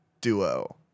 duo